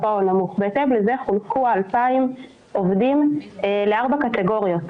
בהתאם לזה חולקו ה-2,000 עובדים ל-4 קטגוריות: